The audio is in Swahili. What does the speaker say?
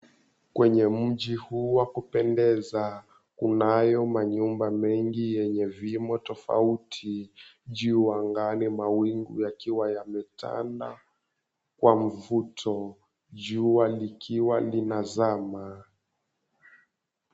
Kwenye mji huu wa kupendeza kunayo manyumba mengi yenye vimo tofauti. Juu angani mawingu yakiwa yametanda kwa mfuto. Jua likiwa linazama.